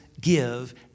give